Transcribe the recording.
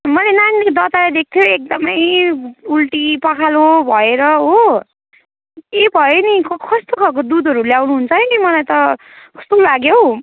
मैले नानीलाई तताएर दिएको थिएँ एकदमै उल्टी पखालो भएर हो के भयो नि क कस्तोखालको दुधहरू ल्याउनुहुन्छ नि मलाई त कस्तो लाग्यो हो